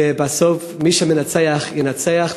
ובסוף מי שמנצח ינצח,